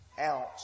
ounce